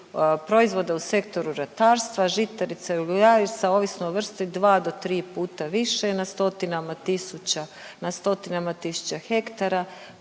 proizvode u Sektoru ratarstva žitarice, uljarice ovisno o vrsti dva do tri puta više na stotinama tisuća, na